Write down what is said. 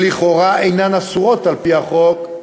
שלכאורה אינן אסורות על-פי החוק: